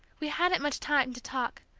we hadn't much time to talk,